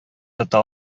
тота